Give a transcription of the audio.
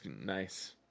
nice